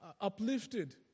uplifted